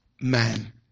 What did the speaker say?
man